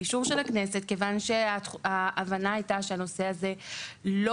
באישור של הכנסת כיוון שההבנה הייתה שהנושא הזה לא